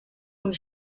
und